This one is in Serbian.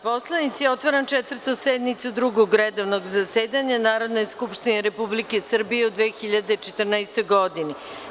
poslanici, otvaram Četvrtu sednicu Drugog redovnog zasedanja Narodne skupštine Republike Srbije u 2014. godini.